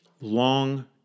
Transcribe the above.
long